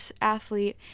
athlete